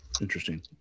Interesting